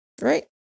right